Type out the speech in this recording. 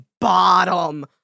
bottom